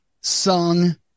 sung –